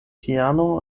piano